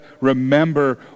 remember